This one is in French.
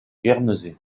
guernesey